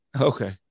Okay